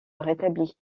rétabli